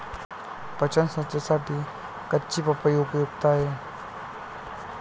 पचन संस्थेसाठी कच्ची पपई उपयुक्त आहे